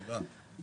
תודה.